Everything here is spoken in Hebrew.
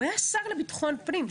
הוא היה שר לביטחון פנים.